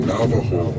Navajo